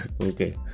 okay